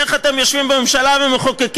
איך אתם יושבים בממשלה ומחוקקים,